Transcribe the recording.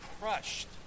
crushed